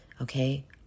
Okay